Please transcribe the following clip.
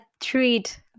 treat